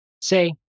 Say